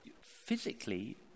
physically